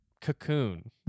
cocoon